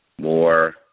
more